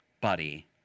buddy